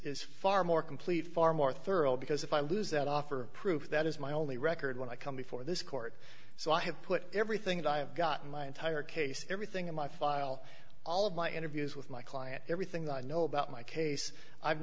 is far more complete far more thorough because if i lose that offer proof that is my only record when i come before this court so i have put everything that i have gotten my entire case everything in my file all of my interviews with my client everything i know about my case i'